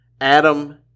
Adam